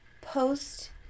post